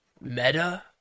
Meta